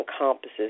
encompasses